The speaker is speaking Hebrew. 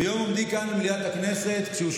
וביום עומדי כאן במליאת הכנסת, או 27 בפברואר.